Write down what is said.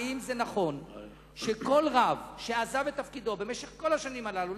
האם נכון שכל רב שעזב את תפקידו במשך כל השנים הללו,